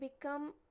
become